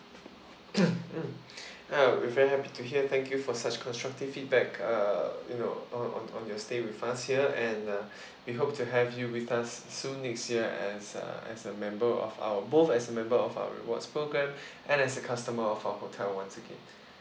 uh we're very happy to hear thank you for such constructive feedback uh you know on on on your stay with us here and uh we hope to have you with us soon next year as uh as a member of our both as a member of our rewards programme and as a customer of our hotel once again